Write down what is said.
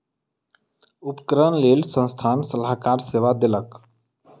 उपकरणक लेल संस्थान सलाहकार सेवा देलक